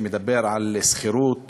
שמדבר על שכירות